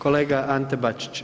Kolega Ante Bačić.